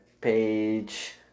page